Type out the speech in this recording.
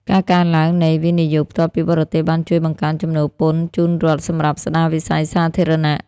ការកើនឡើងនៃ វិនិយោគផ្ទាល់ពីបរទេស បានជួយបង្កើនចំណូលពន្ធជូនរដ្ឋសម្រាប់ស្ដារវិស័យសាធារណៈ។